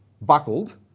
buckled